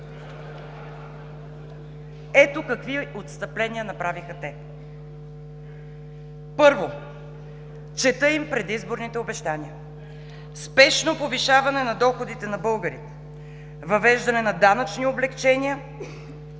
Ето какви отстъпления направиха те. Първо, чета им предизборните обещания: спешно повишаване на доходите на българите, въвеждане на данъчни облекчения